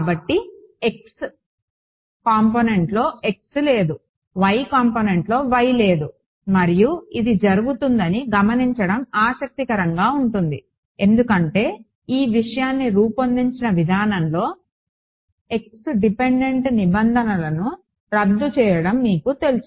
కాబట్టి x కాంపోనెంట్లో x లేదు y కాంపోనెంట్లో y లేదు మరియు ఇది జరుగుతుందని గమనించడం ఆసక్తికరంగా ఉంటుంది ఎందుకంటే ఈ విషయాన్ని రూపొందించిన విధానంలో x డిపెండెంట్ నిబంధనలను రద్దు చేయడం మీకు తెలుసు